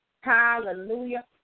Hallelujah